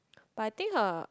but I think her